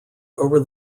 over